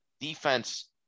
defense